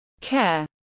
Care